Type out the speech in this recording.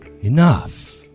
enough